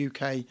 UK